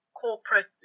corporate